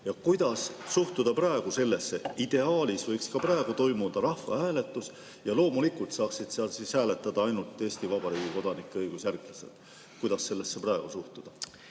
Kuidas suhtuda praegu sellesse? Ideaalis võiks ka praegu toimuda rahvahääletus ja loomulikult saaksid seal hääletada ainult [omaaegsete] Eesti Vabariigi kodanike õigusjärglased. Kuidas sellesse praegu suhtuda?